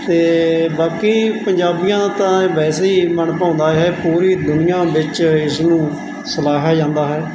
ਅਤੇ ਬਾਕੀ ਪੰਜਾਬੀਆਂ ਤਾਂ ਵੈਸੇ ਹੀ ਮਨ ਭਾਉਂਦਾ ਇਹ ਪੂਰੀ ਦੁਨੀਆਂ ਵਿੱਚ ਇਸ ਨੂੰ ਸਲਾਹਿਆ ਜਾਂਦਾ ਹੈ